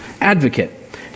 Advocate